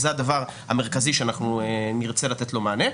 זה הדבר המרכזי שנרצה לתת לו מענה.